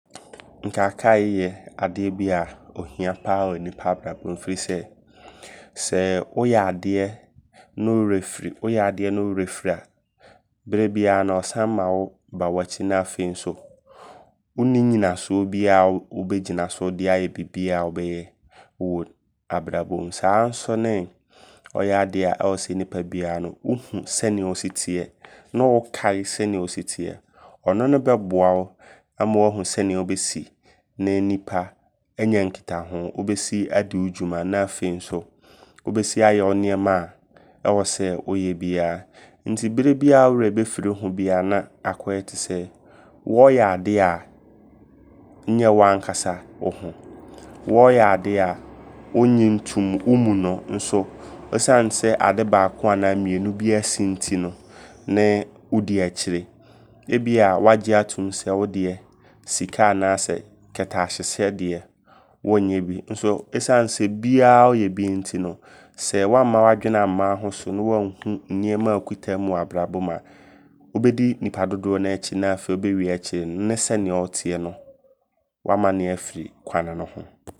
Nkaekae yɛ adeɛ bia ohia paa wɔ nnipa abrabɔm. Firi sɛ, sɛ woyɛ adeɛ ne wo werɛ firi, wo adeɛ ne wo werɛ firi a, berɛ biaa no ɔsane ma wo ba w'akyi. Na afei nso wonni nnyinasoɔ biaa wobɛgyina so de ayɛ bibiaa wobɛyɛ wɔ abrabɔ mu. Saa nso ne ɔyɛ adea ɔwɔ sɛ nnipa biaa wohu sɛnea wo si teɛ ne wokae sɛneɛ wosi teɛ. Ɔno no bɛboa ama wahu seneɛ wobɛsi ne nnipa anya nkitaho. Wobɛsi adi wo dwuma. Na afei nso wobɛsi ayɛ wo nneɛma a ɛwɔ sɛ woyɛ biaa. Nti berɛ biaa wo werɛ bɛfiri wo ho biaa na akɔyɛ tesɛ wɔɔyɛ adea nyɛ woaa nkasa wo ho. Wɔɔyɛ adeɛ wonnye ntom wo mu no. Nso ɛsiane sɛ ade baako anaa mmienu bi asi nti no ne wodi akyire. Ebia wagye atom sɛ sika anaa kataahyɛdeɛ deɛ wonyɛ bi. Nso ɛsiane sɛ biaa ɔɔyɛ bi nti no sɛ wamma w'adwene amma wo ho so ne wanhu nneɛma a wokita mu wɔ abrabɔ mu a wobɛdi nnipa dodoɔ naa akyi. Na afei ɔbewie akyire no ne sɛneɛ woteɛ no wamane afiri kwane no ho.